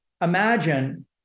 imagine